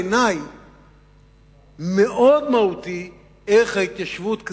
בעיני מאוד מהותי ערך ההתיישבות,